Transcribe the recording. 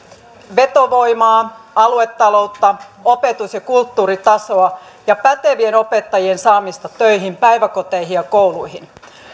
vetovoimaa aluetaloutta opetus ja kulttuuritasoa ja pätevien opettajien saamista töihin päiväkoteihin ja kouluihin